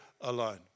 alone